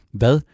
hvad